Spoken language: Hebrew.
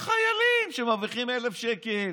לחיילים, שמרוויחים 1,000 שקל,